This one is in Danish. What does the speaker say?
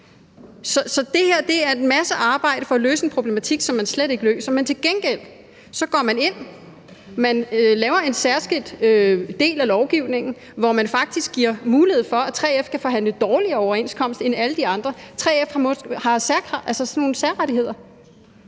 Så det her er en masse arbejde for at løse en problematik, som man slet ikke løser, men til gengæld går man ind og laver en særskilt lovgivning, hvor man faktisk giver mulighed for, at 3F kan forhandle en dårligere overenskomst end alle de andre, så 3F har særrettigheder.